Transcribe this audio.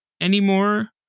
anymore